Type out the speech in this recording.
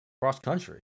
Cross-country